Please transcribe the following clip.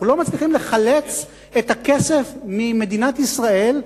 אנחנו לא מצליחים לחלץ את הכסף ממדינת ישראל,